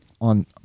on